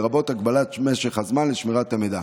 לרבות הגבלת משך הזמן לשמירת המידע,